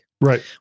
Right